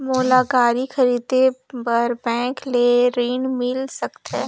मोला गाड़ी खरीदे बार बैंक ले ऋण मिल सकथे?